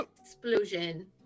explosion